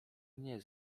mnie